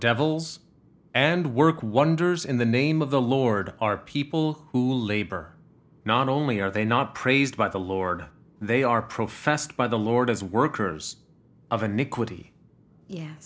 devils and work wonders in the name of the lord are people who labor not only are they not praised by the lord they are professed by the lord as workers